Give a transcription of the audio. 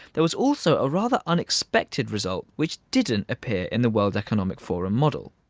there was also a rather unexpected result which didn't appear in the world economic forum model.